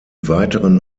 weiteren